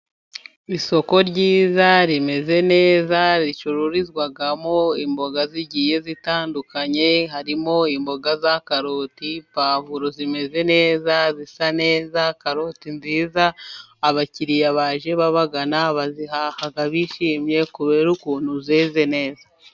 Isoko ryiza rimeze neza, ricururizwamo imboga zigiye zitandukanye harimo imboga, za karoti, puwavuro zimeze neza, zisa neza, karoti nziza. Abakiriya baje babagana bazihaha bishimye kubera ukuntu zeze neza.